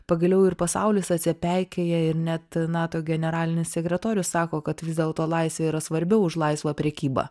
pagaliau ir pasaulis atsipeikėja ir net nato generalinis sekretorius sako kad vis dėlto laisvė yra svarbiau už laisvą prekybą